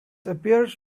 appears